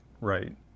Right